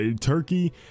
Turkey